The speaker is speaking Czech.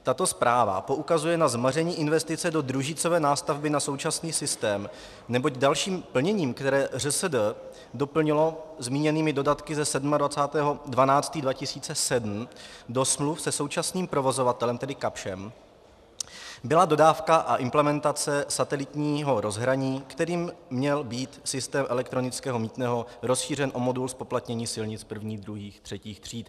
Tato zpráva poukazuje na zmaření investice do družicové nástavby na současný systém, neboť dalším plněním, které ŘSD doplnilo zmíněnými dodatky ze dne 27. 12. 2007 do smluv se současným provozovatelem, tedy Kapschem, byla dodávka a implementace satelitního rozhraní, kterým měl být systém elektronického mýtného rozšířen o modul zpoplatnění silnic prvních, druhých a třetích tříd.